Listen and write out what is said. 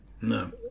No